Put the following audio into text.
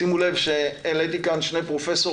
שימו לב שהעליתי כאן שני פרופסורים,